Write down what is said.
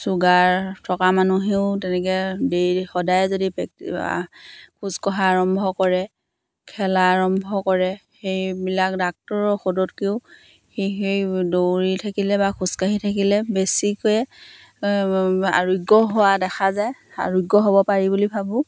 sugar থকা মানুহেও তেনেকৈ দেইলি সদায় যদি প্ৰেক্টিছ খোজ কঢ়া আৰম্ভ কৰে খেলা আৰম্ভ কৰে সেইবিলাক ডাক্টৰৰ ঔষধতকৈও সেই সেই দৌৰি থাকিলে বা খোজকাঢ়ি থাকিলে বেছিকৈয়ে আৰোগ্য হোৱা দেখা যায় আৰোগ্য হ'ব পাৰি বুলি ভাবোঁ